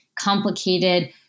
complicated